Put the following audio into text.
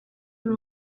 ari